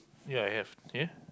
ya I have here